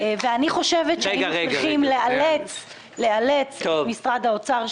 אני חושבת שהיו צריכים לאלץ את משרד האוצר.